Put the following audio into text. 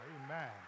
Amen